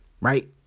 right